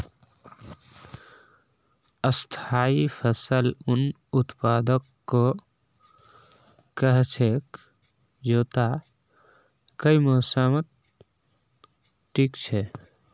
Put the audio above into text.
स्थाई फसल उन उत्पादकक कह छेक जैता कई मौसमत टिक छ